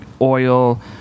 oil